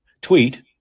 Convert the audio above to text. tweet